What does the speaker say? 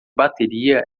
bateria